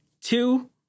two